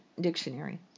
Dictionary